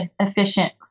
efficient